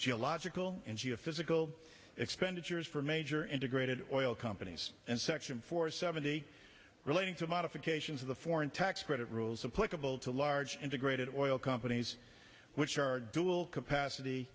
geological and geophysical expenditures for major integrated oil companies and section four seventy relating to modifications of the foreign tax credit rules of political to large integrated oil companies which are dual capacity